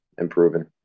Improving